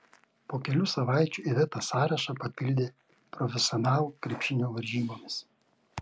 po kelių savaičių iveta sąrašą papildė profesionalų krepšinio varžybomis